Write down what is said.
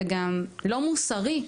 וגם לא מוסרי.